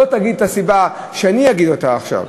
לא תגיד את הסיבה שאני אגיד עכשיו.